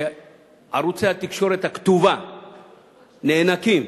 שערוצי התקשורת הכתובה נאנקים,